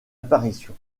apparition